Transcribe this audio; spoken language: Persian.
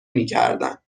میکردن